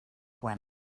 gwen